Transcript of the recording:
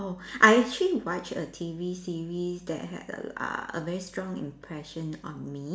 oh I actually watched a T_V series that had a uh a very strong impression on me